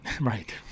Right